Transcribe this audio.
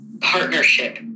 partnership